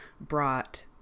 brought